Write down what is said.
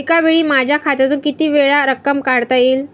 एकावेळी माझ्या खात्यातून कितीवेळा रक्कम काढता येईल?